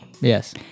Yes